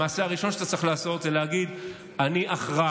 המעשה הראשון שאתה צריך לעשות הוא להגיד: אני אחראי,